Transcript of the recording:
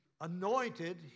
anointed